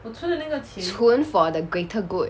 存 for the greater good